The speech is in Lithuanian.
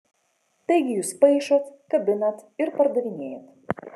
taigi jūs paišot kabinat ir pardavinėjat